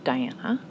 Diana